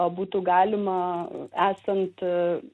būtų galima esant